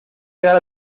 quedar